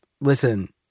Listen